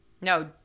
No